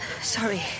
Sorry